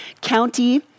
County